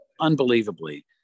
unbelievably